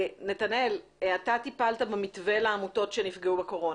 נתנאל, אתה טיפלת במתווה לעמותות שנפגעו בקורונה.